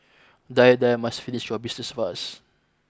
die die must finish your business first